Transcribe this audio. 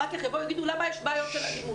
אחר-כך ישאלו למה יש בעיות של אלימות?